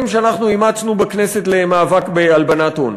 שאנחנו אימצנו בכנסת למאבק בהלבנת הון.